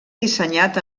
dissenyat